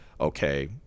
okay